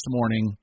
morning